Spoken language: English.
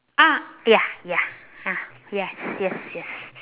ah ya ya ah yes yes yes